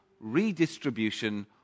redistribution